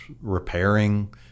repairing